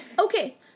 Okay